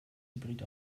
hybrid